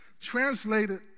translated